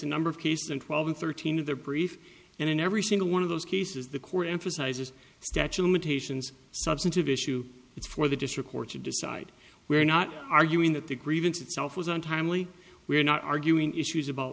a number of cases and twelve thirteen of their brief and in every single one of those cases the court emphasizes statue limitations substantive issue it's for the district court to decide we're not arguing that the grievance itself was on timely we're not arguing issues about